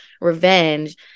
revenge